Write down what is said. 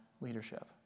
leadership